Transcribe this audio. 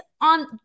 on